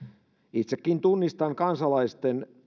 itsekin tunnistan kansalaisten